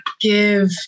give